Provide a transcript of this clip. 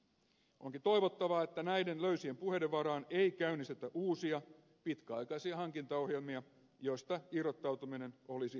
onkin toivottavaa että näiden löysien puheiden varaan ei käynnistetä uusia pitkäaikaisia hankintaohjelmia joista irrottautuminen olisi myöhemmin vaikeata